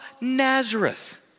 Nazareth